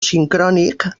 sincrònic